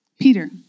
Peter